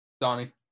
Donnie